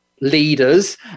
leaders